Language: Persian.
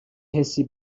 حسی